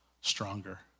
stronger